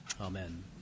Amen